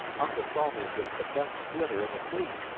uncle salters is the best splitter in the fleet.